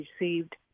received